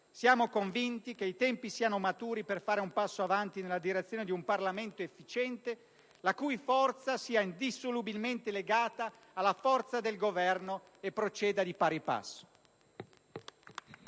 Siamo convinti che i tempi siano maturi per fare un passo avanti nella direzione di un Parlamento efficiente, la cui forza sia indissolubilmente legata alla forza del Governo e proceda di pari passo.